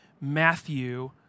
Matthew